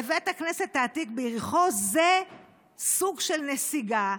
זה סוג של נסיגה.